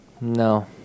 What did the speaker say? No